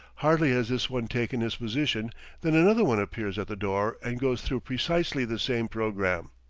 hardly has this one taken his position than another one appears at the door and goes through precisely the same programme,